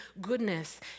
goodness